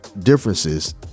differences